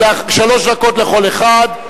שלוש דקות לכל אחד.